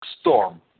storm